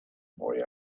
boy